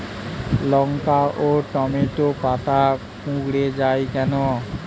লঙ্কা ও টমেটোর পাতা কুঁকড়ে য়ায় কেন?